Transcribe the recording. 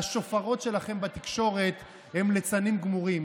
והשופרות שלכם בתקשורת הם ליצנים גמורים,